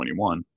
2021